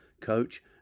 coach